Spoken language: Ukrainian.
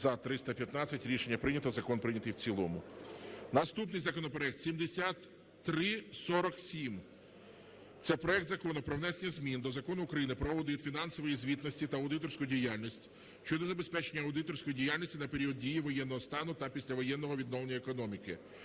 За-315 Рішення прийнято. Закон прийнятий в цілому. Наступний законопроект 7347. Це проект Закону про внесення змін до Закону України "Про аудит фінансової звітності та аудиторську діяльність" щодо забезпечення аудиторської діяльності на період дії воєнного стану та післявоєнного відновлення економіки.